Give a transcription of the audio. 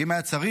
ואם היה צריך,